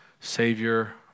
Savior